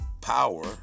power